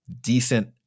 decent